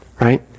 Right